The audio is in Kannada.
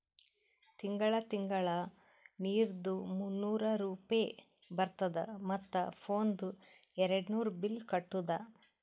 ತಿಂಗಳ ತಿಂಗಳಾ ನೀರ್ದು ಮೂನ್ನೂರ್ ರೂಪೆ ಬರ್ತುದ ಮತ್ತ ಫೋನ್ದು ಏರ್ಡ್ನೂರ್ ಬಿಲ್ ಕಟ್ಟುದ